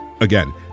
Again